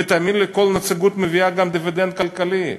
ותאמין לי, כל נציגות מביאה גם דיבידנד כלכלי.